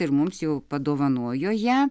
ir mums jau padovanojo ją